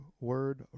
word